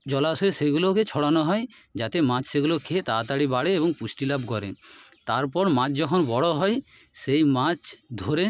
জলাশয়ে সেইগুলিকে ছড়ানো হয় যাতে মাছ সেগুলি খেয়ে তাড়াতাড়ি বাড়ে এবং পুষ্টি লাভ করে তারপর মাছ যখন বড় হয় সেই মাছ ধরে